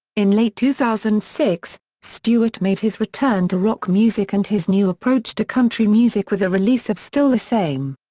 in late two thousand and six, stewart made his return to rock music and his new approach to country music with the release of still the same.